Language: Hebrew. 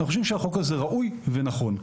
אנחנו חושבים שהחוק הזה ראוי ונכון.